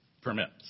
permits